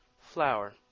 Flower